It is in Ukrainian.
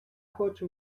хочу